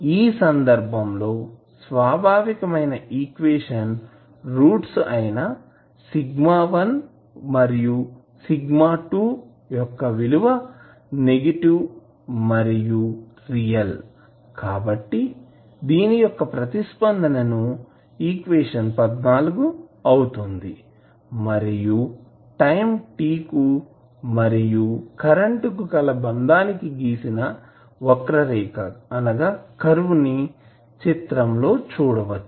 ఈ సందర్భం లో స్వాభావికమైన ఈక్వేషన్ రూట్స్ అయినా σ1 మరియు σ2 యొక్క విలువ నెగటివ్ మరియు రియల్ కాబట్టి యొక్క ప్రతిస్పందన ని ఈక్వేషన్ అవుతుంది మరియు టైం t కు మరియు కరెంట్ గల బంధానికి గీసిన వక్రరేఖ కర్వ్ curve ని చిత్రం లో చూడవచ్చు